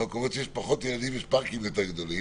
במקומות שיש פחות ילדים יש פארקים יותר גדולים,